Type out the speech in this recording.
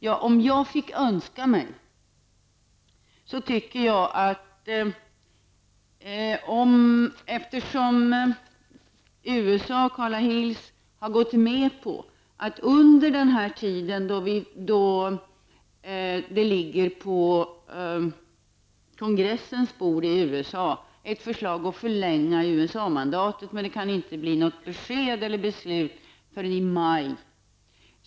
Carla Hills och USA har sagt, att så länge som förslaget att förlänga USA mandatet ligger på kongressens bord i USA, kan det inte bli något besked eller beslut förrän i maj.